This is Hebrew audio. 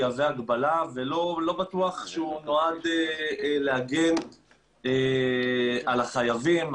יהווה הגבלה ולא בטוח שהוא נועד להגן על החייבים.